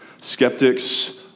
Skeptics